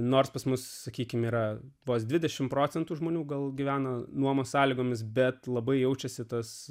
nors pas mus sakykime yra vos dvidešim procentų žmonių gal gyveno nuomos sąlygomis bet labai jaučiasi tas